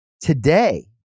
today